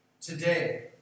Today